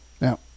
Now